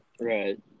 right